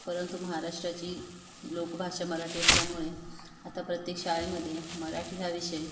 परंतु महाराष्ट्राची लोकभाषा मराठी असल्यामुळे आता प्रत्येक शाळेमध्ये मराठी हा विषय